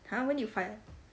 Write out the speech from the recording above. !huh! when did you find